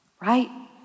right